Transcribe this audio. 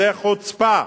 זאת חוצפה.